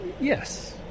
Yes